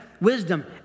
wisdom